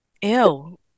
ew